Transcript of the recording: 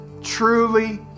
truly